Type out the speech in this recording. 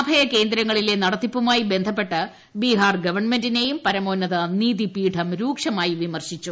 അഭയകേന്ദ്രങ്ങളിലെ നടത്തിപ്പുമായി ബന്ധപ്പെട്ട് ബീഹാർ ഗവൺമെന്റിനേയും പരമോന്നത നീതിപീഠം രൂക്ഷമായി വിമർശിച്ചു